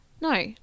no